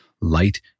light